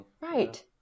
Right